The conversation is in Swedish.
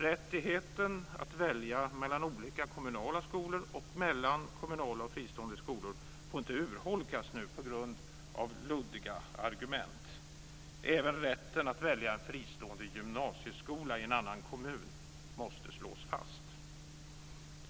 Rättigheten att välja mellan olika kommunala skolor och mellan kommunala och fristående skolor får inte urholkas nu på grund av luddiga argument. Även rätten att välja fristående gymnasieskola i en annan kommun måste slås fast.